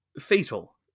fatal